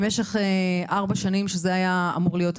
במשך שנתיים ותשעה חודשים.